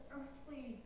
earthly